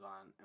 on